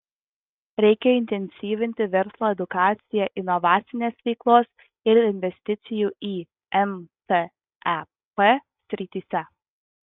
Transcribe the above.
reikia intensyvinti verslo edukaciją inovacinės veiklos ir investicijų į mtep srityse